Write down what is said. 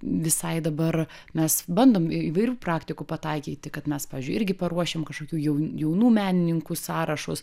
visai dabar mes bandom įvairių praktikų pataikyti kad mes pavyzdžiui irgi paruošiam kažkokių jaunų menininkų sąrašus